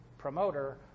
promoter